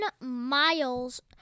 miles